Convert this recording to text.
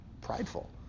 prideful